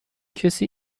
کسی